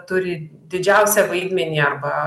turi didžiausią vaidmenį arba